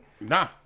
Nah